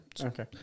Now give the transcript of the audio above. Okay